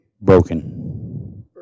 broken